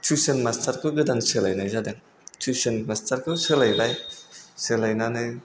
tuition मास्थारखौ गोदान सोलायनाय जादों टिउसन मास्थारखौ सोलायबाय सोलायनानै